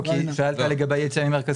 הם נמצאים במרכז